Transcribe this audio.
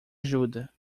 ajuda